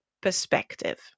perspective